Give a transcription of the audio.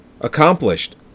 accomplished